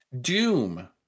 Doom